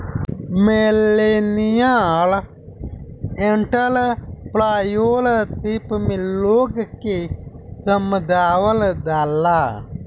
millennial entrepreneurship में लोग के समझावल जाला